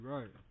Right